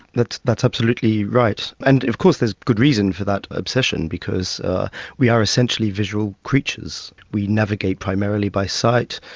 that's that's absolutely right. and of course there's good reason for that obsession, because we are essentially visual creatures. we navigate primarily by sight,